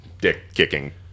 dick-kicking